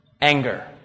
anger